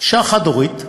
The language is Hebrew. אישה חד-הורית,